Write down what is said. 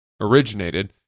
originated